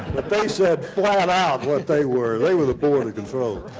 but they said flat out what they were. they were the board of control.